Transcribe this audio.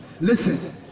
Listen